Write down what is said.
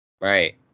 Right